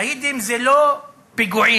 שהידים זה לא פיגועים,